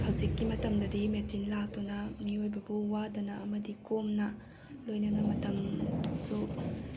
ꯍꯧꯖꯤꯛꯀꯤ ꯃꯇꯝꯗꯗꯤ ꯃꯦꯆꯤꯟ ꯂꯥꯛꯇꯨꯅ ꯃꯤꯑꯣꯏꯕꯕꯨ ꯋꯥꯗꯅ ꯑꯃꯗꯤ ꯀꯣꯝꯅ ꯂꯣꯏꯅꯅ ꯃꯇꯝꯁꯨ